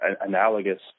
analogous